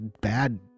bad